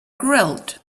grilled